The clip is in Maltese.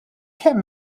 kemm